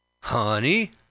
Honey